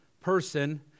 person